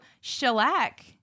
shellac